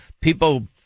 people